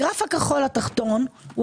הגרף הכחול התחתון הוא